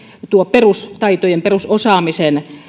perustaitojen perusosaamisen